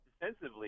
defensively